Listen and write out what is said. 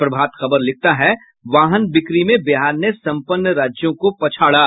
प्रभात खबर लिखता है वाहन बिक्री में बिहार ने संपन्न राज्यों को पछाड़ा